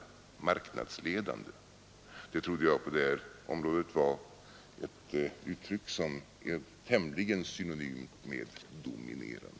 Marknadsledande trodde jag på det här området var ett uttryck som är tämligen synonymt med dominerande.